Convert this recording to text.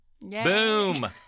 Boom